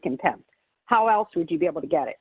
contempt how else would you be able to get it